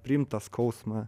priimt tą skausmą